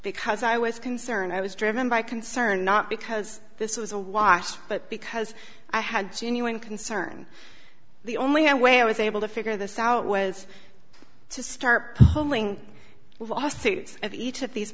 because i was concerned i was driven by concern not because this was a watch but because i had genuine concern the only a way i was able to figure this out was to start hauling lawsuits at each of these